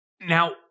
Now